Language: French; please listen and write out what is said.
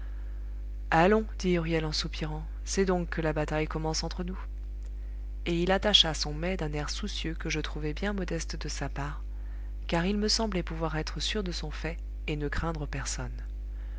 dit huriel en soupirant c'est donc que la bataille commence entre nous et il attacha son mai d'un air soucieux que je trouvai bien modeste de sa part car il me semblait pouvoir être sûr de son fait et ne craindre personne